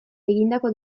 egindako